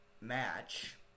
match